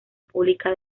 pública